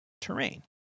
terrain